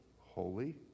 holy